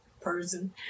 person